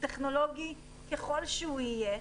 טכנולוגי ככל שיהיה,